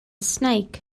snake